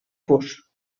fus